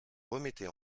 remettez